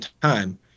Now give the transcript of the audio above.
time